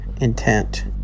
intent